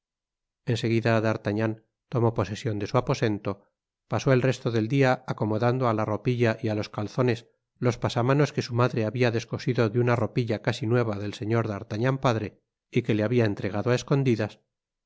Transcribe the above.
en seguida d'artagnan tomó posesion de su aposento pasó el resto del dia acomodando á la ropilla y á los calzones los pasamanos que su madre habia descosido de una ropilla casi nueva del señor d'artagnan padre y que le habia entregado á escondidas